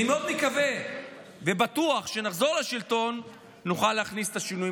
אני מאוד מקווה ובטוח שכשנחזור לשלטון נוכל להכניס את השינויים